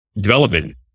development